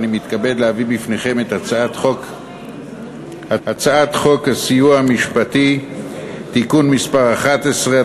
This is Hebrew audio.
אני מתכבד להביא בפניכם את הצעת חוק הסיוע המשפטי (תיקון מס' 11),